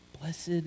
blessed